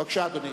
בבקשה, אדוני.